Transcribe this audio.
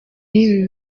y’ibi